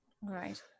Right